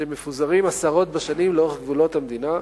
מפוזרים עשרות שנים לאורך גבולות המדינה,